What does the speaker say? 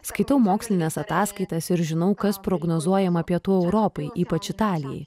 skaitau mokslines ataskaitas ir žinau kas prognozuojama pietų europai ypač italijai